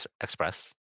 Express